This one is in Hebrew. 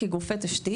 כגופי תשתית,